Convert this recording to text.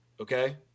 okay